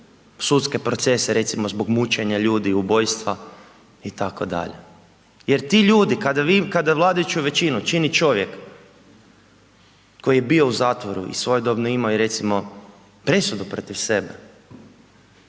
sudske procese, recimo zbog mučenja ljudi, ubojstva, itd. Jer ti ljudi, kada vi vladajuću većinu čini čovjek koji je bio u zatvoru i svojedobno je imao recimo i presudu protiv sebe